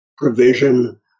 provision